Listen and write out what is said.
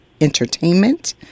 Entertainment